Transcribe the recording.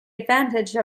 advantage